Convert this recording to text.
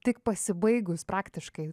tik pasibaigus praktiškai